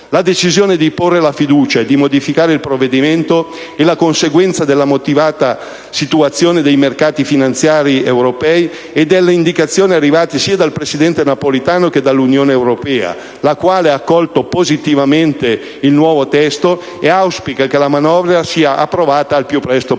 La decisione di porre la fiducia e di modificare il provvedimento è la conseguenza della mutata situazione dei mercati finanziari europei e delle indicazioni arrivate sia dal presidente Napolitano che dall'Unione europea, la quale ha accolto positivamente il nuovo testo e auspica che la manovra sia approvata il più presto possibile.